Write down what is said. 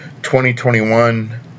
2021